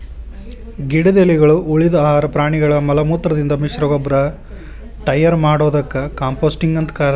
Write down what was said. ಗಿಡದ ಎಲಿಗಳು, ಉಳಿದ ಆಹಾರ ಪ್ರಾಣಿಗಳ ಮಲಮೂತ್ರದಿಂದ ಮಿಶ್ರಗೊಬ್ಬರ ಟಯರ್ ಮಾಡೋದಕ್ಕ ಕಾಂಪೋಸ್ಟಿಂಗ್ ಅಂತ ಕರೇತಾರ